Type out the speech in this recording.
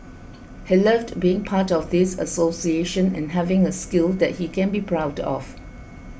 he loved being part of this association and having a skill that he can be proud of